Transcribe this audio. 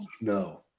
no